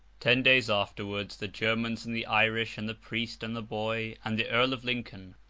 ten days afterwards, the germans, and the irish, and the priest, and the boy, and the earl of lincoln,